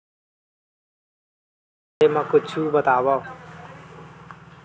सामजिक क्षेत्र के बारे मा कुछु बतावव?